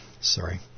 Sorry